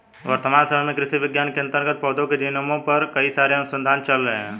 वर्तमान समय में कृषि विज्ञान के अंतर्गत पौधों के जीनोम पर कई सारे अनुसंधान चल रहे हैं